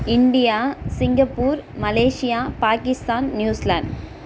India Singapore Malaysia Pakistan New Zealand